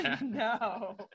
No